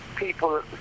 People